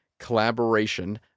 collaboration